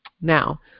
now